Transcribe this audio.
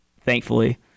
Thankfully